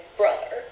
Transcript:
brother